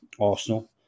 Arsenal